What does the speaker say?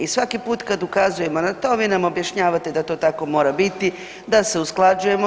I svaki put kad ukazujemo na to vi nama objašnjavate da to tako mora biti, da se usklađujemo.